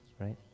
Right